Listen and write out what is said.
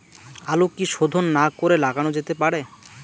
আলু কি শোধন না করে লাগানো যেতে পারে?